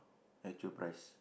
actual price